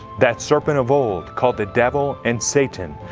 that serpent of old, called the devil and satan,